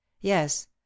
Yes